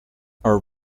are